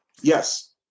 yes